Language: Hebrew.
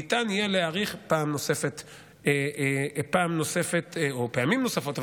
ניתן יהיה להאריך פעם נוספת או פעמים נוספות,